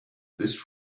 this